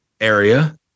area